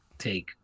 Take